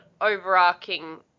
overarching